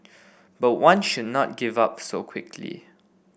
but one should not give up so quickly